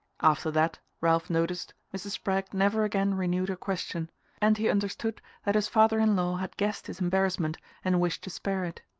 after that, ralph noticed, mrs. spragg never again renewed her question and he understood that his father-in-law had guessed his embarrassment and wished to spare it.